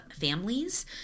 families